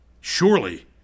Surely